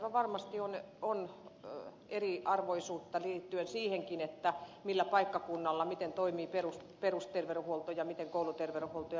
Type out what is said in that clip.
aivan varmasti on eriarvoisuutta liittyen siihenkin miten eri paikkakunnilla toimii perusterveydenhuolto ja miten kouluterveydenhuolto ja niin edelleen